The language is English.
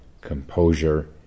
composure